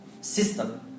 system